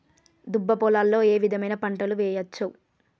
దుబ్బ పొలాల్లో ఏ విధమైన పంటలు వేయచ్చా?